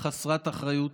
חסרת אחריות,